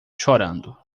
chorando